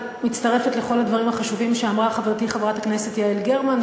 מצטרפת לכל הדברים החשובים שאמרה חברתי חברת הכנסת יעל גרמן,